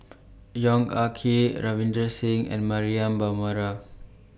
Yong Ah Kee Ravinder Singh and Mariam